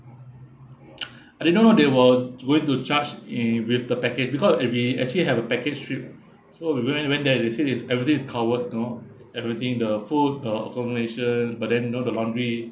I didn't know they were going to charge i~ with the package because uh we actually have a package trip so we when when there they said it's everything is covered you know everything the food the accommodation but then you know the laundry